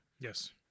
Yes